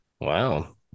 Wow